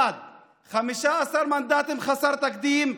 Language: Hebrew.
1. 15 מנדטים, חסר תקדים,